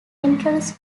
entrance